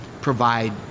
provide